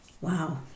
Wow